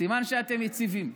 סימן שאתם יציבים.